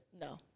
No